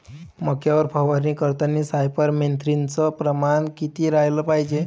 मक्यावर फवारनी करतांनी सायफर मेथ्रीनचं प्रमान किती रायलं पायजे?